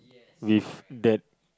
with that